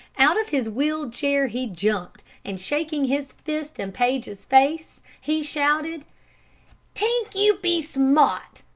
out of his wheeled chair he jumped, and shaking his fist in paige's face, he shouted t'ink you be smart,